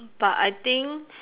but I think